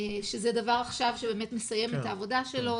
שזה דבר שעכשיו מסיים את העבודה שלו.